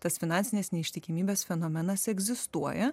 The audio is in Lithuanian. tas finansinės neištikimybės fenomenas egzistuoja